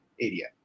area